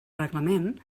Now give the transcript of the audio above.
reglament